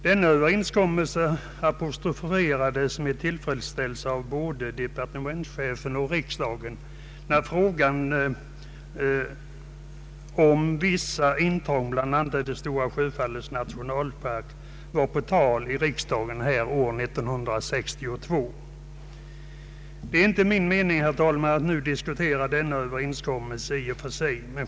Denna överenskommelse apostroferades med tillfredsställelse av både departementschef och riksdag, när frågan om vissa intrång i bl.a. Stora Sjöfallets nationalpark var på tal i riksdagen 1962. Det är inte min mening, herr talman, att nu diskutera denna överenskommelse i och för sig.